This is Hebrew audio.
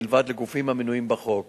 מלבד לגופים המנויים בחוק.